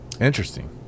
interesting